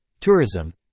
tourism